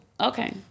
okay